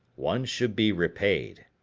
one should be repaid.